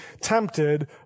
tempted